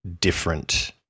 different